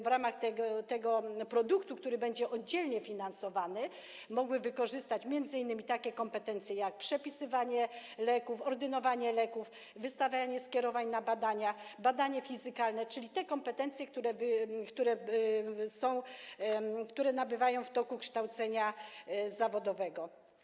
W ramach tego produktu, który będzie oddzielnie finansowany, pielęgniarki będą mogły wykorzystać m.in. takie kompetencje, jak przepisywanie leków, ordynowanie leków, wystawianie skierowań na badania, badanie fizykalne, czyli te kompetencje, które nabywają w toku kształcenia zawodowego.